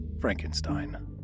Frankenstein